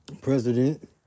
president